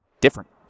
different